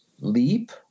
leap